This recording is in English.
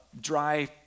dry